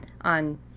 on